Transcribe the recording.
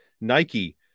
nike